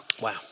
Wow